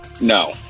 No